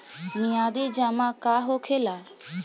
मियादी जमा का होखेला?